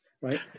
right